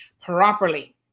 properly